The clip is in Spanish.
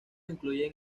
incluyen